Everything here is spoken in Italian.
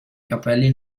capelli